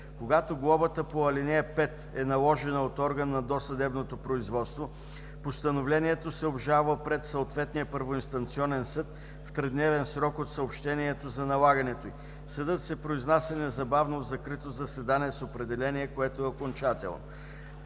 Когато глобата по ал. 5 е наложена от орган на досъдебното производство, постановлението се обжалва пред съответния първоинстанционен съд в тридневен срок от съобщението за налагането й. Съдът се произнася незабавно в закрито заседание с определение, което е окончателно.